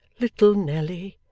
little nelly,